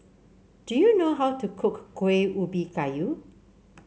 do you know how to cook Kuih Ubi Kayu